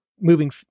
moving